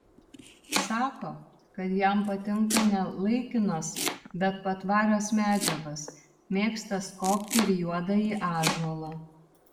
sako kad jam patinka ne laikinos bet patvarios medžiagos mėgsta skobti ir juodąjį ąžuolą